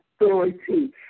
authority